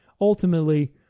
ultimately